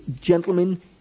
Gentlemen